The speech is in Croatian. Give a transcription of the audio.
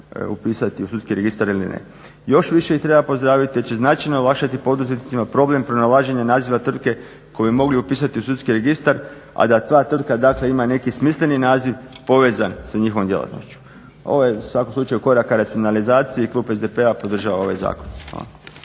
upisati u sudski registar ili ne. Još više treba pozdraviti jer će značajno olakšati poduzetnicima problem pronalaženja naziva tvrtke koju bi mogli upisati u sudski registar, a da ta tvrtka ima neki smisleni naziv povezan sa njihovom djelatnošću. Ovo je u svakom slučaju korak k racionalizaciji i klub SDP-a podržava ovaj zakon.